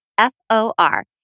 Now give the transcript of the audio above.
F-O-R